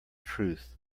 truth